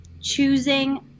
choosing